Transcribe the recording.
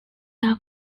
are